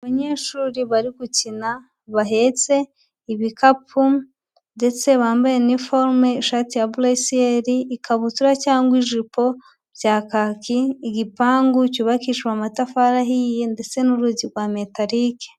Abanyeshuri bari gukina bahetse ibikapu ndetse bambaye iniforume, ishati ya buresiyeri, ikabutura cyangwa ijipo bya kaki, igipangu cyubakishijwe amatafari ahiye ndetse n'urugi rwa metarike.